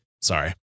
Sorry